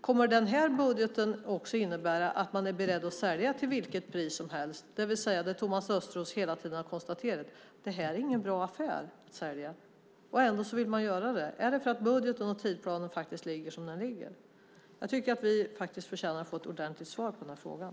Kommer budgeten också att innebära att man är beredd att sälja till vilket pris som helst, det vill säga det Thomas Östros hela tiden har konstaterat? Det är ingen bra affär att sälja. Ändå vill ni göra det. Beror det på att budgeten och tidsplanen ligger som de gör? Jag tycker att vi förtjänar att få ett ordentligt svar på den frågan.